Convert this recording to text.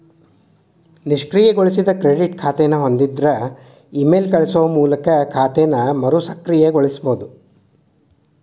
ನಿಷ್ಕ್ರಿಯಗೊಳಿಸಿದ ಕ್ರೆಡಿಟ್ ಖಾತೆನ ಹೊಂದಿದ್ರ ಇಮೇಲ್ ಕಳಸೋ ಮೂಲಕ ಖಾತೆನ ಮರುಸಕ್ರಿಯಗೊಳಿಸಬೋದ